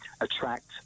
attract